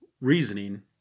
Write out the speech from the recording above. reasoning